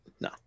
No